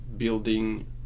building